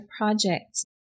Projects